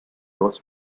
loss